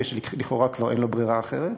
כשלכאורה כבר אין לו ברירה אחרת.